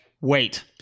wait